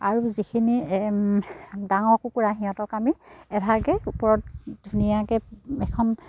আৰু যিখিনি ডাঙৰ কুকুৰা সিহঁতক আমি এভাগে ওপৰত ধুনীয়াকৈ এখন